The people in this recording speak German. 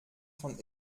von